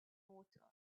water